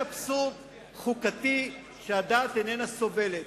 זה אבסורד חוקתי שהדעת איננה סובלת.